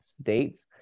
states